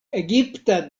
egipta